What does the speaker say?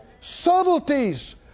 Subtleties